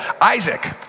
Isaac